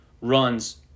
runs